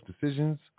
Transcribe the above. decisions